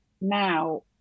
now